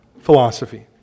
philosophy